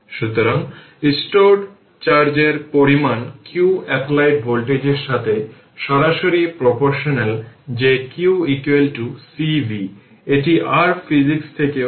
সুতরাং স্টোরড চার্জের পরিমাণ q অ্যাপ্লায়েড ভোল্টেজের সাথে সরাসরি প্রপোর্শনাল যে q c v এটি r ফিজিক্স থেকেও পরিচিত